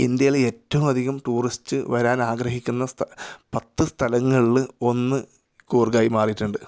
ഇന്ത്യയിൽ ഏറ്റവുമധികം ടൂറിസ്റ്റ് വരാനാഗ്രഹിക്കുന്ന സ്ഥാ പത്ത് സ്ഥലങ്ങളിൽ ഒന്ന് കൂര്ഗായി മാറിയിട്ടുണ്ട്